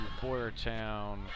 Boyertown